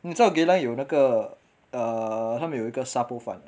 你知道 geylang 有那个 err 他们有一个沙煲饭